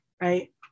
right